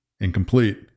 incomplete